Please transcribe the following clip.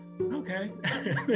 Okay